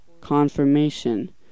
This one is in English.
Confirmation